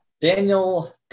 Daniel